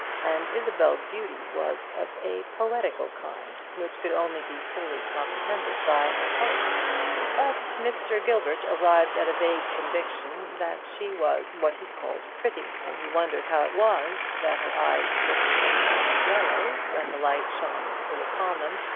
and isabel's beauty was of a poetical kind, which could only be fully comprehended by a poet but mr. gilbert arrived at a vague conviction that she was what he called pretty, and he wondered how it was that her eyes looked a tawny yellow when the light shone full upon them,